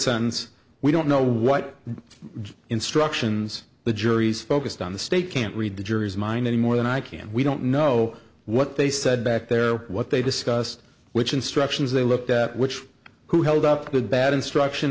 son's we don't know what instructions the jury's focused on the state can't read the jury's mind any more than i can we don't know what they said back there what they discussed which instructions they looked at which who held up with bad instruction